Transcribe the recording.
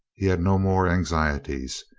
he had no more anxie ties.